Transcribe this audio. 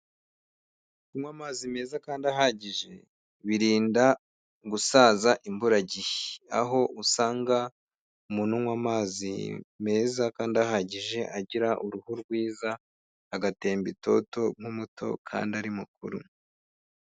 Kunywa amazi meza kandi ahagije birinda gusaza imburagihe, aho usanga umuntu unywa amazi meza kandi ahagije agira uruhu rwiza agatemba itoto nk'umuto kandi ari mukuru.